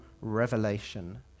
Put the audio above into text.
revelation